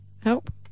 help